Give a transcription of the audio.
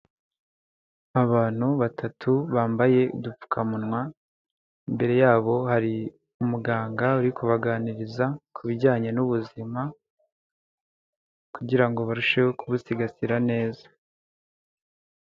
Abantu batatu bambaye udupfukamunwa, imbere yabo hari umuganga uri kubaganiriza ku bijyanye n'ubuzima kugira ngo barusheho kubusigasira neza.